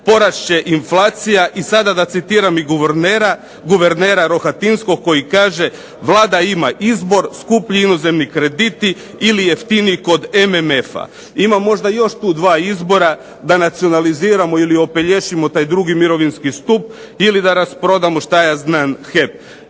porast će inflacija i sada da citiram guvernera Rohatinskog koji kaže "Vlada ima izbor skuplji inozemni krediti ili jeftiniji kod MMF-a". ima možda tu još dva izbora, da nacionaliziramo ili opeljušimo taj drugi mirovinskih skup ili da rasprodamo što ja znam HEP.